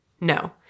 No